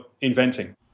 inventing